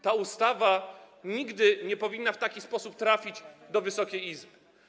Ta ustawa nigdy nie powinna w taki sposób trafić do Wysokiej Izby.